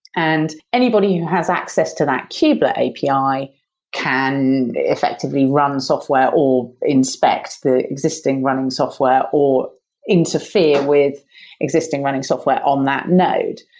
and anybody who has access to that kublet api can effectively run software or inspect the existing running software or interfere with existing running software on that node.